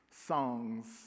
songs